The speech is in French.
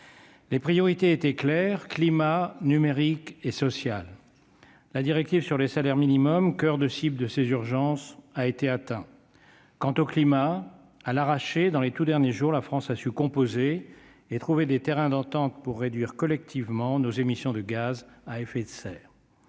Les priorités étaient clair climat numérique et social, la directive sur les salaires minimums, coeur de cibles de ces urgences a été atteint, quant au climat, à l'arraché dans les tout derniers jours, la France a su composer et trouver des terrains d'entente pour réduire collectivement nos émissions de gaz à effet de serre